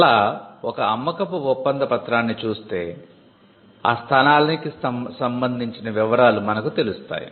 అలా ఒక అమ్మకపు ఒప్పంద పత్రాన్ని చూస్తే ఆ స్థలానికి సంబంధించిన వివరాలు మనకు తెలుస్తాయి